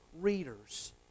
readers